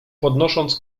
podnosząc